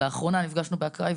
לאחרונה נפגשנו באקראי,